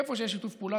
איפה שיש שיתוף פעולה,